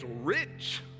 rich